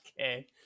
Okay